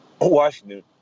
Washington